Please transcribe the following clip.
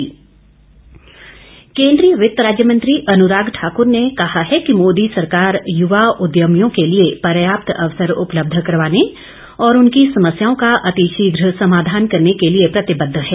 अनुराग ठाकुर केन्द्रीय वित्त राज्य मंत्री अनुराग ठाकुर ने कहा है कि मोदी सरकार युवा उद्यमियों के लिए पर्याप्त अवसर उपलब्ध करवाने और उनकी समस्याओं का अतिशीघ्र समाधान करने के लिए प्रतिबद्व है